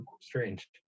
strange